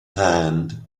hand